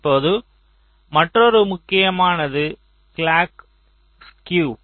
இப்போது மற்றொரு முக்கியமானது கிளாக் ஸ்குயு